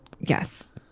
yes